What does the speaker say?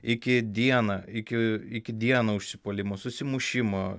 iki dieną iki iki dieną užsipuolimo susimušimo